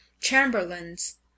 chamberlains